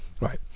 Right